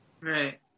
right